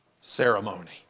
ceremony